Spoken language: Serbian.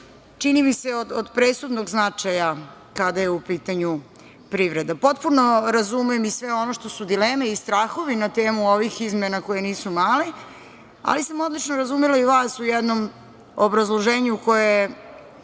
čini mi se, od presudnog značaja kada je u pitanju privreda. Potpuno razumem i sve ono što su dileme i strahovi na temu ovih izmena, koji nisu mali, ali sam odlično razumela i vas u jednom obrazloženju koje